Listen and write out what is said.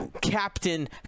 Captain